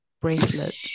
Bracelet